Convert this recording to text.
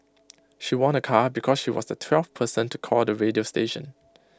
she won A car because she was the twelfth person to call the radio station